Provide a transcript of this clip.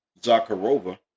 Zakharova